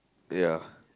ya